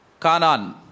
Kanan